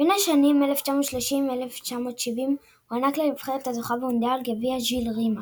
בין השנים 1930–1970 הוענק לנבחרת הזוכה במונדיאל גביע ז'יל רימה.